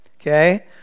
Okay